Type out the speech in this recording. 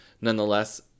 Nonetheless